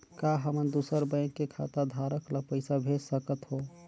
का हमन दूसर बैंक के खाताधरक ल पइसा भेज सकथ हों?